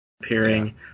appearing